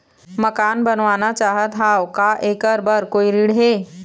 मकान बनवाना चाहत हाव, का ऐकर बर कोई ऋण हे?